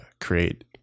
create